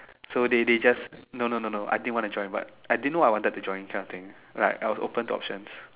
so they they just no no no I didn't want to join but I didn't know I wanted to join that kind of thing right I was open to options